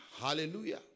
Hallelujah